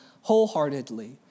wholeheartedly